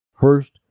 First